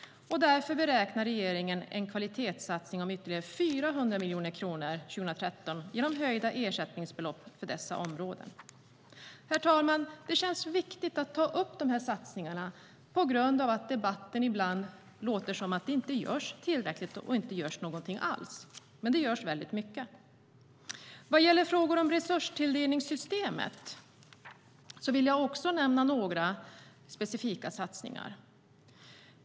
Regeringen beräknar därför en kvalitetssatsning om ytterligare 400 miljoner kronor 2013 genom höjda ersättningsbelopp för dessa områden. Herr talman! Det känns viktigt att ta upp de här satsningarna på grund av att det i debatten ibland låter som att det inte görs tillräckligt och inte görs någonting alls. Men det görs väldigt mycket. Vad gäller frågor om resurstilldelningssystemet vill jag också nämna några specifika satsningar.